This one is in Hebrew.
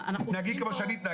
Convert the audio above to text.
תתנהגי כמו שאני התנהגתי.